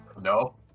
no